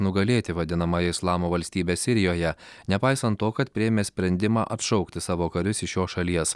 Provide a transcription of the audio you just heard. nugalėti vadinamąją islamo valstybę sirijoje nepaisant to kad priėmė sprendimą atšaukti savo karius iš šios šalies